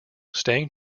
staying